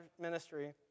ministry